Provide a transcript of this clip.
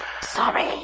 sorry